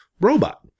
robot